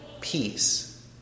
peace